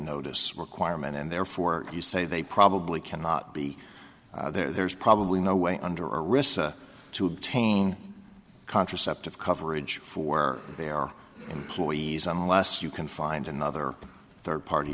notice requirement and therefore you say they probably cannot be there's probably no way under risk to obtain contraceptive coverage for their employees unless you can find another third party